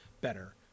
better